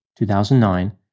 2009